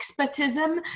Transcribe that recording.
expertism